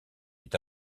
est